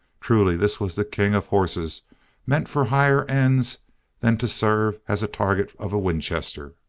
truly this was the king of horses meant for higher ends than to serve as target of a winchester.